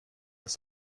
dass